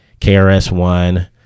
KRS-One